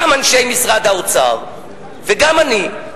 גם אנשי משרד האוצר וגם אני,